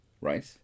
right